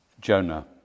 Jonah